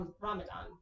Ramadan